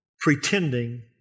Pretending